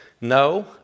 no